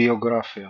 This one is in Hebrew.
ביוגרפיה